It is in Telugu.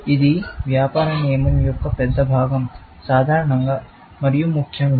ఇది వ్యాపార నియమం యొక్క పెద్ద భాగం సాధారణంగా ముఖ్యంగా